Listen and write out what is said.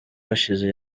hashize